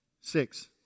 Six